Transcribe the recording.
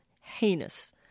heinous